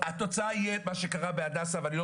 התוצאה תהיה מה שקרה בהדסה ואני לא